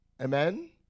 Amen